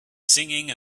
singing